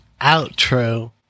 outro